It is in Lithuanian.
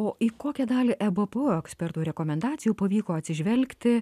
o į kokią dalį ebpo ekspertų rekomendacijų pavyko atsižvelgti